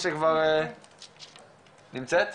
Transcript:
שלום